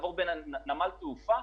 בנמל תעופה.